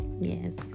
yes